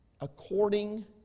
according